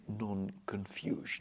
non-confusion